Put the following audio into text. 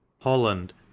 Holland